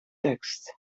tekst